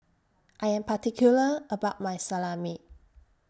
I Am particular about My Salami